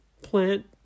plant